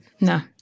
No